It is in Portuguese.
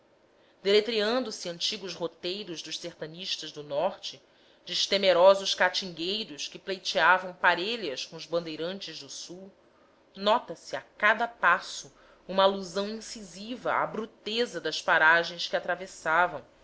eloqüência deletreando se antigos roteiros dos sertanistas do norte destemerosos catingueiros que pleiteavam parelhas com os bandeirantes do sul nota-se a cada passo uma alusão incisiva à bruteza das paragens que atravessavam